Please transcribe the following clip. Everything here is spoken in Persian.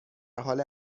حال